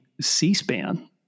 C-SPAN